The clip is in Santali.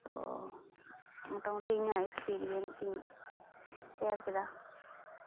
ᱛᱚ ᱢᱳᱴᱟᱢᱳᱴᱤ ᱤᱧᱟᱹᱜ ᱮᱠᱥᱯᱮᱨᱤᱭᱮᱱᱥᱤᱧ ᱥᱮᱭᱟᱨ ᱠᱮᱫᱟ